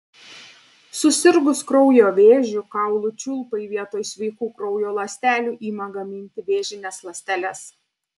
susirgus kraujo vėžiu kaulų čiulpai vietoj sveikų kraujo ląstelių ima gaminti vėžines ląsteles